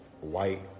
white